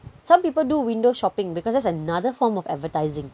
some people do window shopping because that's another form of advertising